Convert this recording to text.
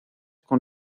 con